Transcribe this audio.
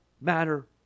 matter